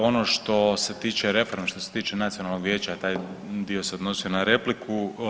Ono što se tiče reforme, što se tiče Nacionalnog vijeća, taj dio se odnosio na repliku.